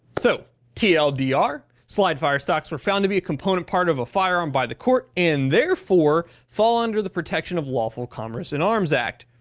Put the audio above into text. so tldr, slide fire stocks were found to be component part of a firearm by the court and therefor fall under the protection of lawful commerce in arms act.